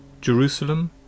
Jerusalem